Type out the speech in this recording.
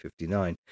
59